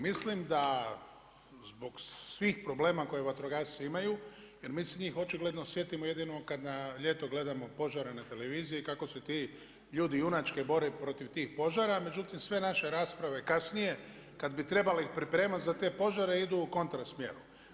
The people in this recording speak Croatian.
Mislim da zbog svih problema koje vatrogasci imaju jer mi se njih očigledno sjetimo jedino kada na ljeto gledamo požare na televiziji kako se ti ljudi junački bore protiv tih požara, međutim sve naše rasprave kasnije kada bi trebali ih pripremati za te požare idu u kontra smjeru.